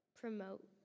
promote